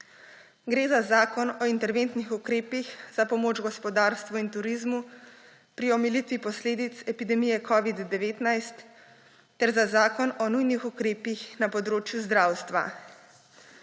Gre za Zakon o interventnih ukrepih za pomoč gospodarstvu in turizmu pri omilitvi posledic epidemije covid-19 ter za Zakon o nujnih ukrepih na področju zdravstva.